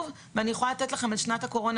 ואני יכולה לתת לכם נתונים משנת הקורונה.